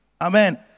Amen